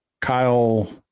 Kyle